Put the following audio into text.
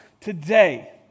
today